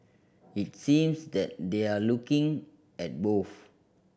it seems that they're looking at both